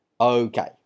Okay